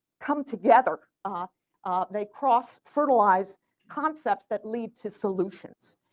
come together, ah ah they cross fertilize concepts that lead to solutions.